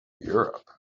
europe